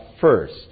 first